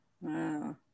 Wow